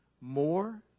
more